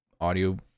audio